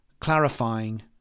clarifying